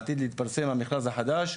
עתיד להתפרסם המכרז החדש,